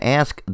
ask